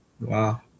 Wow